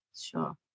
Sure